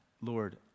Lord